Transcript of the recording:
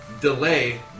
delay